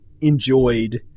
enjoyed